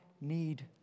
need